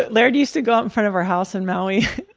but laird used to go out in front of our house in maui.